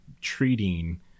treating